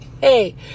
hey